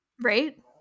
Right